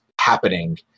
happening